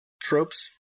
tropes